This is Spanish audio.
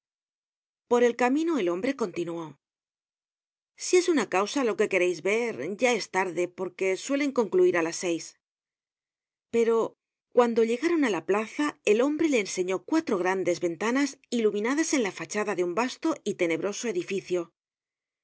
por el camino el hombre continuó si es una causa lo que quereis ver ya es tarde porque suelen concluir á las seis pero cuando llegaron á la plaza el hombre le enseñó cuatro grandes ventanas iluminadas en la fachada de un vasto y tenebroso edificio